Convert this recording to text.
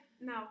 No